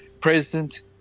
president